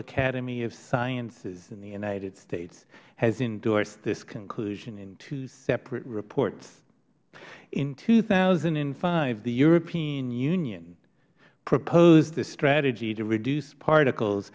academy of sciences in the united states has endorsed this conclusion in two separate reports in two thousand and five the european union proposed the strategy to reduce particles